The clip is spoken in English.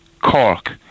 Cork